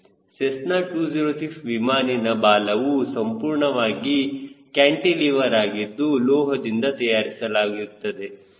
Cessna 206 ವಿಮಾನಿನ ಬಾಲವು ಸಂಪೂರ್ಣವಾಗಿ ಕ್ಯಾಂಟಿಲಿವರ್ ಆಗಿದ್ದು ಲೋಹದಿಂದ ತಯಾರಿಸಲಾಗುತ್ತದೆ